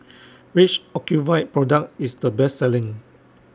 Which Ocuvite Product IS The Best Selling